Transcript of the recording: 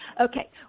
Okay